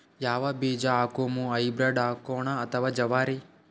ಯಾವ ಬೀಜ ಹಾಕುಮ, ಹೈಬ್ರಿಡ್ ಹಾಕೋಣ ಅಥವಾ ಜವಾರಿ?